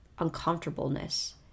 uncomfortableness